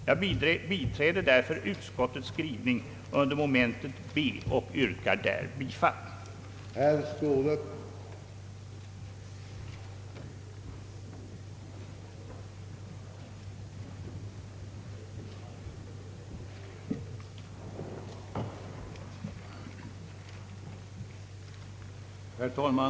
Jag biträder därför utskottets skrivning under punkten B och yrkar där bifall till utskottets hemställan.